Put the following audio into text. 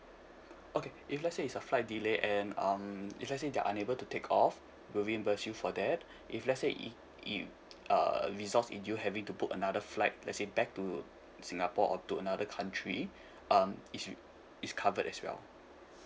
okay if let's say it's a flight delay and um if let's say they're unable to take off we'll reimburse you for that if let's say it it uh results in you having to book another flight let's say back to singapore or to another country um is you it's covered as well